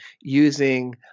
using